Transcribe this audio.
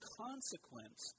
consequence